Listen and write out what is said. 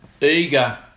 eager